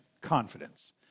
confidence